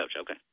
okay